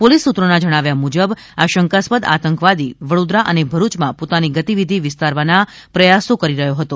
police સૂત્રોના જણાવ્યા મુજબ આ શંકાસ્પદ આતંકવાદી વડોદરા અને ભરૂચમાં પોતાની ગતિવિધિ વિસ્તાવાના પ્રયાસો કરી રહ્યો હતો